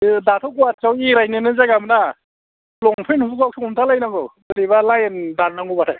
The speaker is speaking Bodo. बे दाथ' गुवाहाटीयाव बेरायनोनो जायगा मोना लंपेन्ट हुक आवसो हमथालायनांगौ बोरैबा लाइन दाननांगौबाथाय